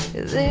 is